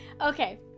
Okay